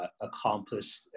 accomplished